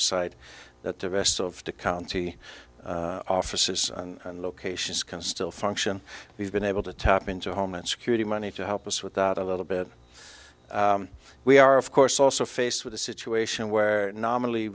a site that the rest of the county offices and locations can still function we've been able to tap into homeland security money to help us with out a little bit we are of course also faced with a situation where anomal